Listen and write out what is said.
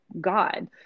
god